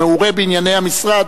המעורה בענייני המשרד,